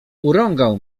urągał